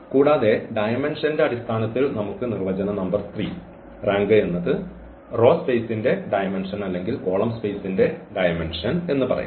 കൂടാതെ ഡയമെൻഷൻറെ അടിസ്ഥാനത്തിൽ നമുക്ക് നിർവചനം നമ്പർ 3 റാങ്ക് എന്നത് റോ സ്പെയ്സിന്റെ ഡയമെൻഷൻ അല്ലെങ്കിൽ കോളം സ്പെയ്സിന്റെ ഡയമെൻഷൻ എന്ന് പറയാം